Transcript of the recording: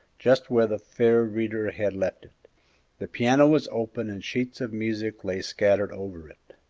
just where the fair reader had left it the piano was open and sheets of music lay scattered over it.